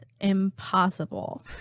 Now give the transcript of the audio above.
impossible